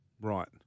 Right